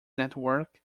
network